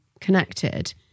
connected